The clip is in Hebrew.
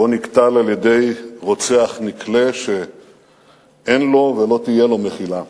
שבו נקטל על-ידי רוצח נקלה שאין לו ולא תהיה לו מחילה.